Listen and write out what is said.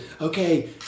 Okay